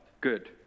Good